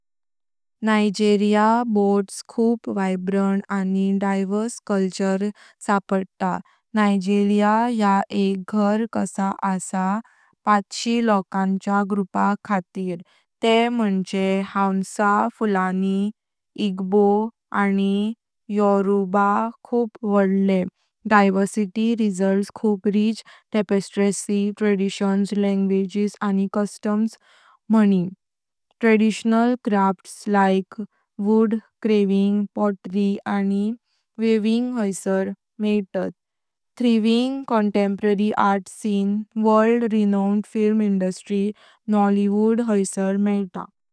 Nigeria boasts खूप vibrant आणि diverse culture, सापडता। नाइजीरिया या एक घर कस अस पाच लोकांच्या ग्रूपा खातीर। ते मुणजे हौसा-फुलानी, इग्बो, आणि योरुबा खूप वोड्ले। डायवर्सिटी रिजल्ट्स खूप रिच टेपेस्ट्री ट्रेडिशन्स, लॅंग्वेजेस, आणि कस्टम्स मणी। Traditional crafts like wood carving, pottery, आणि वीविंग हैसार मेइतात। Thriving contemporary art scene. World renowned film industry, "Nollywood." हैसार मेइत।